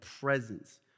presence